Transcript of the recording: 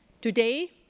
Today